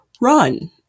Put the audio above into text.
run